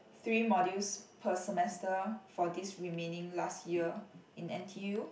three modules per semester for this remaining last year in N_t_U